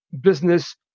business